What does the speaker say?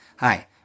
Hi